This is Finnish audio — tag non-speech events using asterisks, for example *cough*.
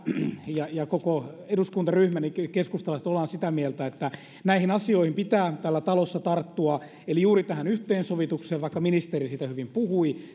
ja ja koko eduskuntaryhmäni me keskustalaiset olemme sitä mieltä että näihin asioihin pitää täällä talossa tarttua eli juuri tähän yhteensovitukseen vaikka ministeri siitä hyvin puhui *unintelligible*